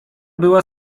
była